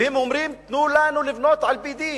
והם אומרים: תנו לנו לבנות על-פי דין,